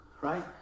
right